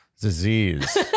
disease